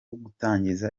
gutangiza